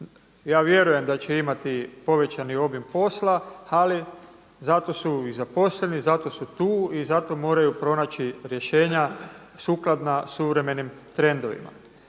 Ja vjerujem da će imati povećani obim posla ali zato su i zaposleni, zato su tu i zato moraju pronaći rješenja sukladna suvremenim trendovima.